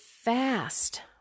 fast